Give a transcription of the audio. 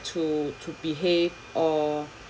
to to behave or